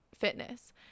fitness